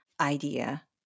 idea